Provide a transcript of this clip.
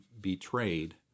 betrayed